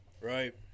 right